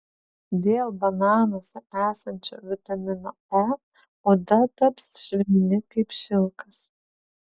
dėl bananuose esančio vitamino e oda taps švelni kaip šilkas